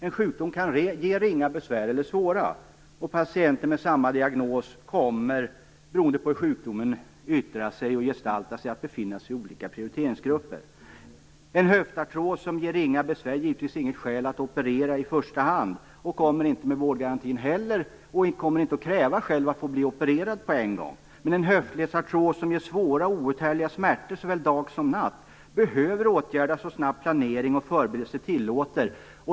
En sjukdom kan ge ringa besvär eller svåra. Patienter med samma diagnos kommer, beroende på hur sjukdomen yttrar sig, att befinna sig i olika prioriteringsgrupper. En höftarthros som ger ringa besvär är givetvis inget skäl att operera i första hand, och kommer inte själv att kräva att få bli opererad på en gång. Men en höftledsarthros som ger svåra och outhärdliga smärtor såväl dag som natt behöver åtgärdas så snabbt planering och förberedelser tillåter.